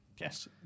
Yes